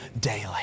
daily